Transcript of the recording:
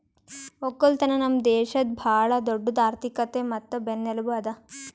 ಒಕ್ಕಲತನ ನಮ್ ದೇಶದ್ ಭಾಳ ದೊಡ್ಡುದ್ ಆರ್ಥಿಕತೆ ಮತ್ತ ಬೆನ್ನೆಲುಬು ಅದಾ